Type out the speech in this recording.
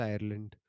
Ireland